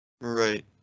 Right